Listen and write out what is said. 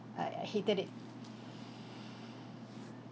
I I hated it